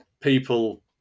people